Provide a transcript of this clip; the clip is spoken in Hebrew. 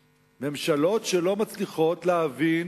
ממשלות, שלא מצליחות להבין